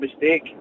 mistake